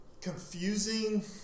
confusing